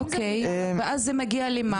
אוקי ואז זה מגיע למה?